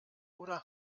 oder